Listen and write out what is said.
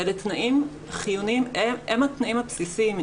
ואלה תנאים חיוניים, הם התנאים הבסיסיים.